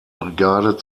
brigade